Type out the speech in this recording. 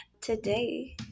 today